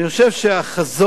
אני חושב שהחזון,